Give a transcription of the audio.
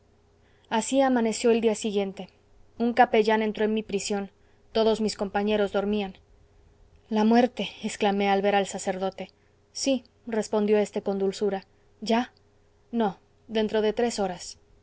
así amaneció el día siguiente un capellán entró en mi prisión todos mis compañeros dormían la muerte exclamé al ver al sacerdote sí respondió éste con dulzura ya no dentro de tres horas